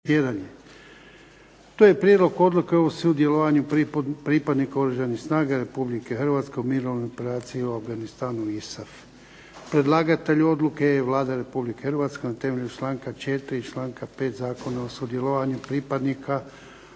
To je - prijedlog Odluke o sudjelovanju pripadnika Oružanih snaga Republike Hrvatske u mirovnoj operaciji u Afganistanu (ISAF) Predlagatelj odluke je Vlada Republike Hrvatske na temelju članka 4. i čl. 5. Zakona o sudjelovanju pripadnika